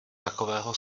takového